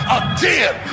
again